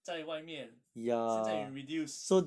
在外面现在你 reduce